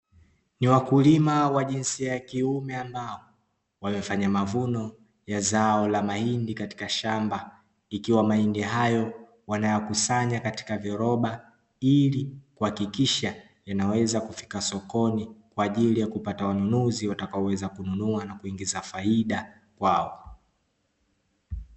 Ni wakulima wa jinsia ya kiume ambao, wamefanya mavuno ya zao la mahindi katika shamba, ikiwa mahindi hayo wanayakusanya katika viroba, ili kuhakikisha yanaweza kufika sokoni, kwa ajili ya kupata wanunuzi watakaoweza kununua na kuingiza faida kwao.